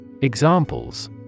Examples